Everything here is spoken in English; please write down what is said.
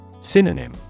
Synonym